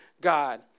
God